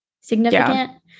significant